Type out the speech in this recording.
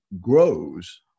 grows